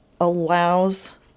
allows